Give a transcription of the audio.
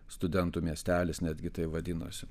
studentų miestelis netgi taip vadinosi